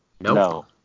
No